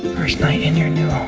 first night in your new home,